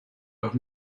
los